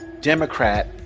Democrat